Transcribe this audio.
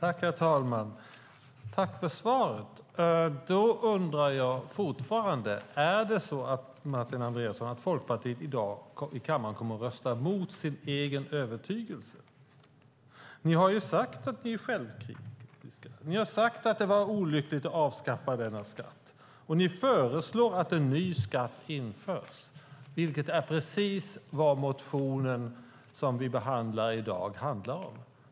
Herr talman! Jag tackar Martin Andreasson för det svaret. Men fortfarande undrar jag om det är så att Folkpartiet i dag här i kammaren kommer att rösta mot sin övertygelse. Ni har sagt att ni är självkritiska och att det var olyckligt att avskaffa skatten i fråga, och ni föreslår att en ny skatt införs. Det är precis vad den motion som i dag behandlas handlar om.